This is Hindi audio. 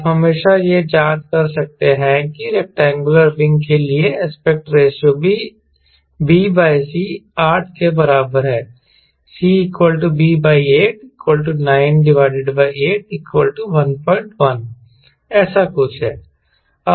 आप हमेशा यह जांच कर सकते हैं कि रैक्टेंगुलर विंग के लिए एस्पेक्ट रेशों भी bc 8 के बराबर है cb89811 ऐसा कुछ है